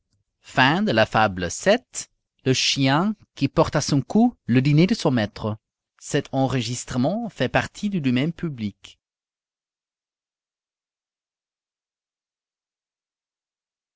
le chien qui porte à son cou le dîné de son maître